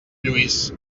lluís